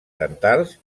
dentals